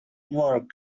work